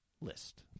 list